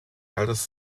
eldest